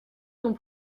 ton